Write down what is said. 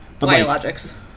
Biologics